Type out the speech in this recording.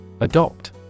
Adopt